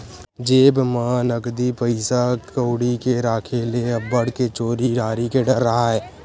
जेब म नकदी पइसा कउड़ी के राखे ले अब्बड़ के चोरी हारी के डर राहय